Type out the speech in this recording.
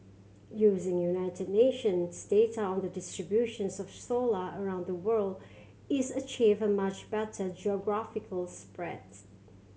using United Nations data on the distributions of scholar around the world its achieved a much better geographical spreads